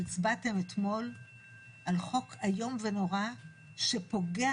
שהצבעתם אתמול על חוק איום ונורא שפוגע